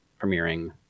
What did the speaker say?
premiering